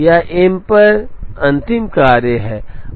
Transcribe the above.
यह M पर अंतिम कार्य है